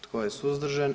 Tko je suzdržan?